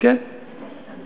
כנסת